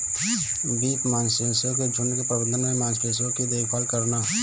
beef मवेशियों के झुंड के प्रबंधन में मवेशियों की देखभाल करना